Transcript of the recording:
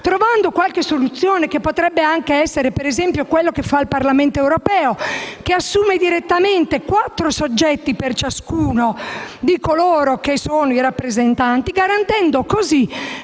trovando qualche soluzione, che potrebbe anche essere, ad esempio, quella adottata dal Parlamento europeo, che assume direttamente quattro soggetti per ciascuno di coloro che sono i rappresentanti, garantendo così